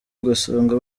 ugasanga